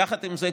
יחד עם זאת,